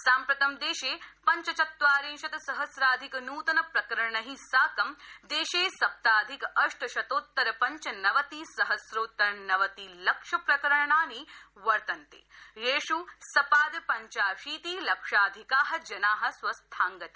साम्प्रतं देशे पञ्चचत्वारिंशत् सहस्राधिक नूतन प्रकरणै साकं देशे सप्ताधिक अष्टशतोत्तर पञ्चनवति सहस्रोत्तर नवति लक्षप्रकरणानि वर्तन्ते येष् सपाद पञ्चाशीति लक्षाधिका जना स्वस्थताङ्गता